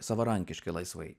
savarankiškai laisvai